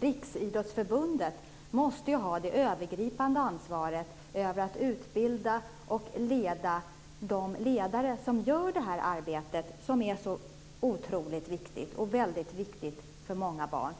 Riksidrottsförbundet måste ha det övergripande ansvaret över att utbilda och leda de ledare som gör arbetet som är viktigt för många barn.